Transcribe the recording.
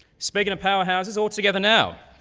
speaking of powerhouses, all together now.